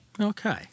Okay